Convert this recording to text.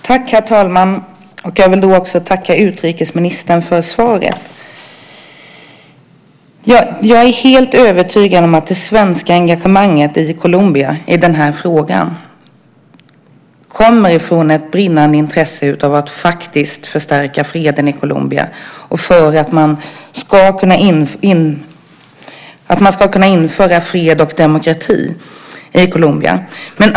Herr talman! Jag vill tacka utrikesministern för svaret. Jag är helt övertygad om att det svenska engagemanget i Colombia i den här frågan kommer av ett brinnande intresse för att förstärka freden, att införa fred och demokrati i Colombia.